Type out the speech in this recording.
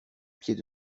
pied